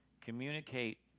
communicate